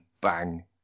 bang